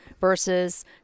versus